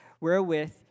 wherewith